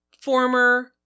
former